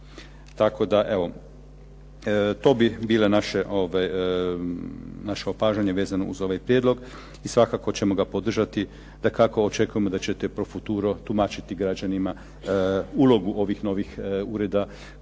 Tako da, evo to bi bile naše, naša opažanja vezano uz ovaj prijedlog. I svakako ćemo ga podržati. Dakako očekujemo da ćete pro futuro tumačiti građanima ulogu ovih novih ureda